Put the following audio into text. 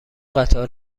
قطار